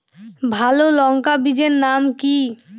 ভালো লঙ্কা বীজের নাম কি?